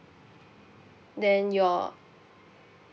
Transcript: then your